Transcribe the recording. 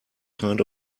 kind